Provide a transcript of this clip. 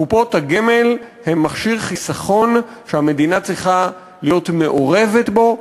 קופות הגמל הן מכשיר חיסכון שהמדינה צריכה להיות מעורבת בו,